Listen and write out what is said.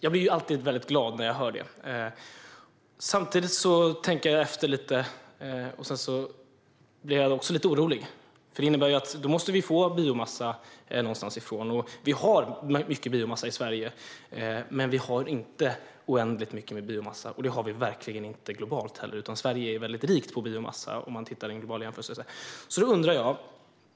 Jag blir alltid väldigt glad när jag hör detta. Men när jag tänker efter blir jag samtidigt lite orolig, för det innebär ju att vi måste få biomassa någonstans ifrån. Vi har mycket biomassa i Sverige men det är inte oändligt, och globalt har vi det verkligen inte. Sverige är väldigt rikt på biomassa om man gör en global jämförelse.